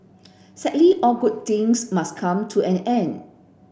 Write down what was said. sadly all good things must come to an end